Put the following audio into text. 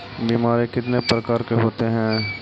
बीमारी कितने प्रकार के होते हैं?